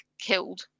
killed